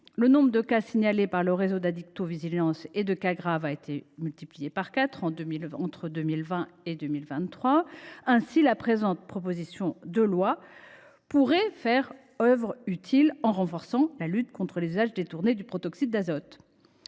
Le nombre de cas signalés par le réseau Addictovigilance et de cas graves a été multiplié par quatre entre 2020 et 2023. Aussi la présente proposition de loi est elle l’occasion de faire œuvre utile si nous renforçons la lutte contre les usages détournés du protoxyde d’azote.